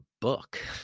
book